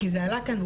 כי זה עלה כאן,